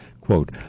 Quote